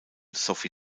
sophie